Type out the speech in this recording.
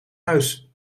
huis